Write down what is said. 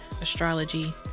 astrology